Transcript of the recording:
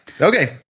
Okay